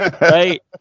right